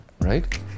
Right